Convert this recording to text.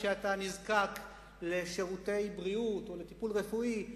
כשאתה נזקק לשירותי בריאות או לטיפול רפואי,